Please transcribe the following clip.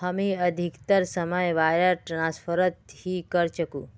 हामी अधिकतर समय वायर ट्रांसफरत ही करचकु